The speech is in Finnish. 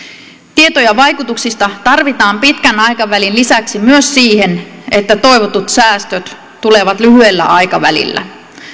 tietoja vaikutuksista tarvitaan pitkän aikavälin lisäksi myös siihen että toivotut säästöt tulevat lyhyellä aikavälillä